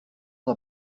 n’a